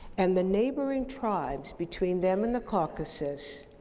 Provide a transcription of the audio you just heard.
and the neighboring tribes between them and the caucasus